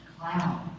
cloud